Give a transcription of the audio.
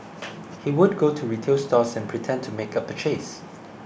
he would go to retail stores and pretend to make a purchase